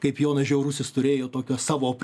kaip jonas žiaurusis turėjo tokią savo